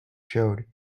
showed